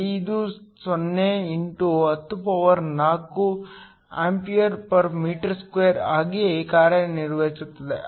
50 x 104 amp m 2 ಆಗಿ ಕಾರ್ಯನಿರ್ವಹಿಸುತ್ತದೆ